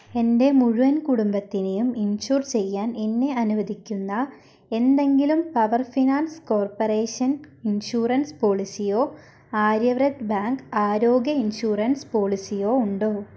എൻ്റെ മുഴുവൻ കുടുംബത്തിനെയും ഇൻഷുർ ചെയ്യാൻ എന്നെ അനുവദിക്കുന്ന എന്തെങ്കിലും പവർ ഫിനാൻസ് കോർപ്പറേഷൻ ഇൻഷുറൻസ് പോളിസിയോ ആര്യവ്രത് ബാങ്ക് ആരോഗ്യ ഇൻഷുറൻസ് പോളിസിയോ ഉണ്ടോ